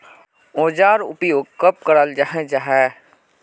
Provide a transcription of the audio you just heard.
औजार उपयोग कब कराल जाहा जाहा?